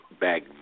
back